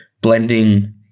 Blending